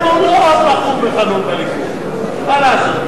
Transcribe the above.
אנחנו לא עם רחום וחנון כנראה, מה לעשות.